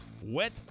wet